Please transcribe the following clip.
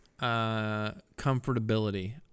comfortability